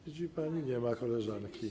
Widzi pani, nie ma koleżanki.